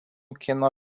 kino